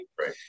Right